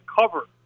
cover